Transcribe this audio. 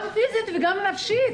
גם פיזית וגם נפשית.